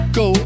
go